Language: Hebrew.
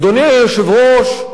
אדוני היושב-ראש,